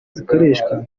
zikoreshwa